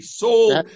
sold